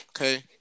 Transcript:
Okay